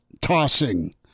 tossing